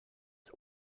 des